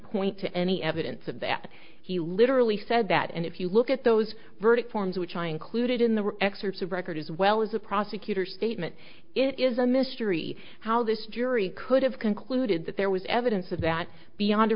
point to any evidence of that he literally said that and if you look at those verdict forms which i included in the excerpts of record as well as a prosecutor statement it is a mystery how this jury could have concluded that there was evidence of that beyond a